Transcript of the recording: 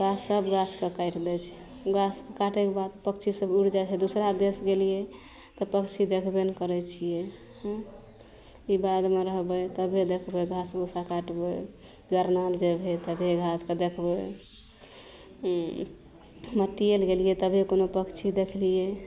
सएहसब गाछके काटि लै छै गाछके काटैके बाद पक्षीसब उड़ि जाइ हइ दोसरा देस गेलिए तऽ पक्षी देखबे नहि करै छिए हम कि बाधमे रहबै तभिए देखबै घास भुस्सा काटबै जरना ले जएबै तभिए घास तऽ देखबै मट्टिए ले गेलिए तभिए कोनो पक्षी देखलिए